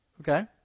Okay